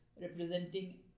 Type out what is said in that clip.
representing